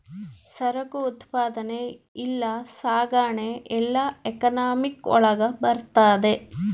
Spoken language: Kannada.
ಸರಕು ಉತ್ಪಾದನೆ ಇಲ್ಲ ಸಾಗಣೆ ಎಲ್ಲ ಎಕನಾಮಿಕ್ ಒಳಗ ಬರ್ತದೆ